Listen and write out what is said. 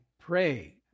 pray